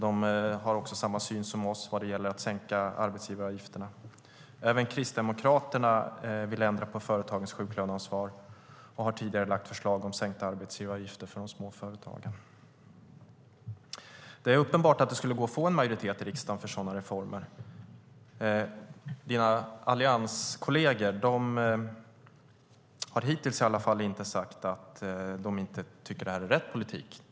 De har också samma syn som vi vad gäller att sänka arbetsgivaravgifterna. Även Kristdemokraterna vill ändra på företagens sjuklöneansvar och har tidigare lagt fram förslag om sänkta arbetsgivaravgifter för de små företagen. Det är uppenbart att det skulle gå att få majoritet i riksdagen för sådana reformer. Dina allianskolleger har i alla fall inte hittills sagt att det inte tycker att det här är rätt politik.